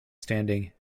standing